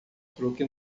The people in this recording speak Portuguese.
truque